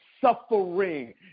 suffering